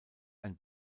ein